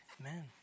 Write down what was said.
Amen